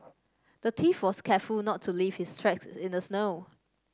the thief was careful not to leave his tracks in the snow